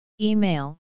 Email